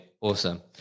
Awesome